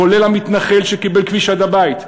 כולל המתנחל שקיבל כביש עד הבית,